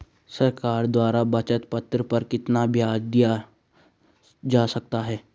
सरकार द्वारा बचत पत्र पर कितना ब्याज दिया जाता है?